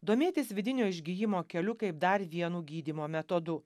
domėtis vidinio išgijimo keliu kaip dar vienu gydymo metodu